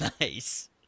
nice